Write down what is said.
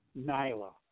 Nyla